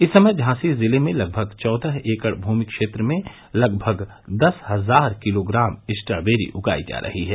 इस समय झांसी जिले में लगभग चौदह एकड भूमि क्षेत्र में लगभग दस हजार किलोग्राम स्ट्राबेरी उगाई जा रही है